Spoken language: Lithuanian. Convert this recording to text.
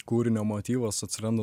kūrinio motyvas atranda